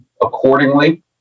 accordingly